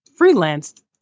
freelanced